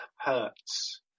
hurts